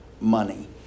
money